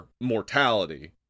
mortality